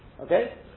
Okay